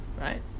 Right